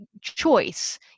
choice